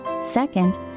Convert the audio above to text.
Second